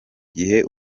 gihe